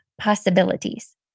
possibilities